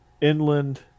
inland